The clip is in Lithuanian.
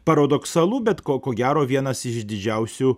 paradoksalu bet ko ko gero vienas iš didžiausių